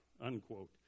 unquote